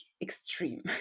extreme